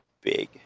big